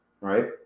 right